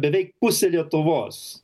beveik pusė lietuvos